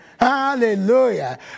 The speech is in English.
Hallelujah